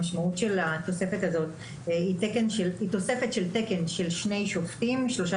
המשמעות של התוספת הזאת היא תוספת של תקן של שני שופטים ושלושה